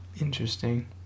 interesting